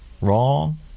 Wrong